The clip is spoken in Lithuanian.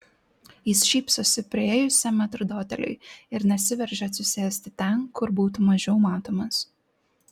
jis šypsosi priėjusiam metrdoteliui ir nesiveržia atsisėsti ten kur būtų mažiau matomas